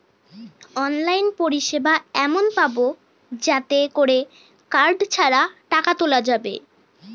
online পরিষেবা এমন পাবো যাতে করে কার্ড ছাড়া টাকা তোলা যাবে